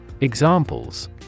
examples